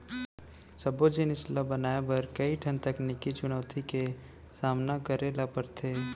सबो जिनिस ल बनाए बर कइ ठन तकनीकी चुनउती के सामना करे ल परथे